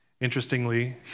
Interestingly